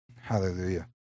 Hallelujah